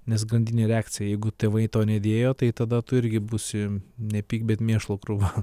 nes grandininė reakcija jeigu tėvai to nedėjo tai tada tu irgi būsi nepyk bet mėšlo krūva